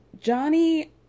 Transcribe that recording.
Johnny